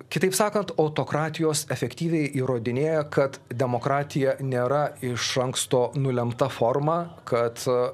kitaip sakant autokratijos efektyviai įrodinėja kad demokratija nėra iš anksto nulemta forma kad